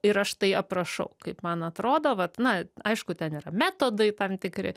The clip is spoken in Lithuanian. ir aš tai aprašau kaip man atrodo vat na aišku ten yra metodai tam tikri